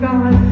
God